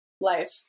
life